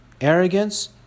arrogance